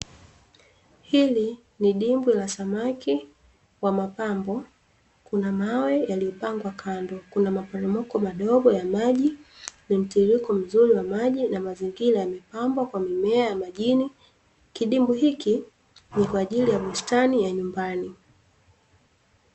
Hili ni dimbwi la samaki wa mapambo kuna mawe yaliyopangwa kando na maporomoko madogo ya maji, yenye mtiririko mzuri wa maji yaliyopambwa na mimea ya majini. Kidimbwi hiki ni kwa ajili ya bustani ya nyumbani.